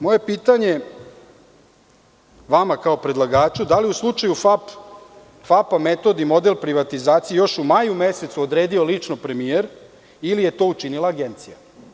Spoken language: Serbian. Moje pitanje vama kao predlagaču - da li je u slučaju FAP metod i model privatizacije još u maju mesecu odredio lično premijer ili je to učinila Agencija?